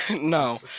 No